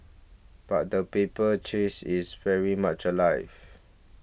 but the paper chase is very much alive